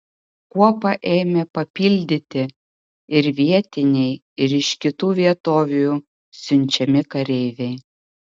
kuopą ėmė papildyti ir vietiniai ir iš kitų vietovių siunčiami kareiviai